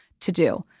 to-do